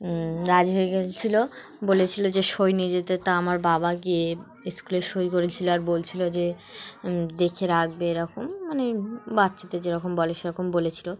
রাজি হয়ে গিয়েছিলো বলেছিলো যে সই নিয়ে যেতে তা আমার বাবা গিয়ে স্কুলে সই করেছিলো আর বলছিলো যে দেখে রাখবে এরকম মানে বাচ্চাদের যেরকম বলে সেরকম বলেছিলো